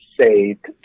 saved